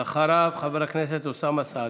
אחריו, חבר הכנסת אוסאמה סעדי.